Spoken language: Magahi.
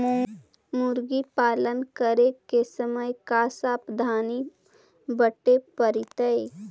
मुर्गी पालन करे के समय का सावधानी वर्तें पड़तई?